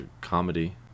comedy